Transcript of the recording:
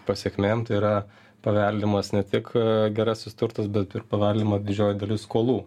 pasekmėm tai yra paveldimas ne tik gerasis turtas bet ir paveldima didžioji dalis skolų